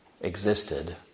existed